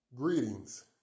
Greetings